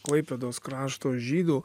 klaipėdos krašto žydų